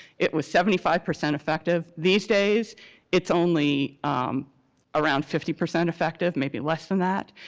it was seventy five percent effective. these days it's only around fifty percent effective, maybe less than that.